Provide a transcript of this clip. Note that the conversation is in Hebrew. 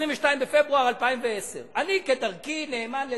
22 בפברואר 2010. אני כדרכי, נאמן לדרכי,